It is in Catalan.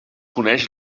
coneix